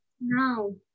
No